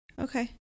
Okay